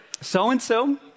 so-and-so